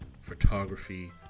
photography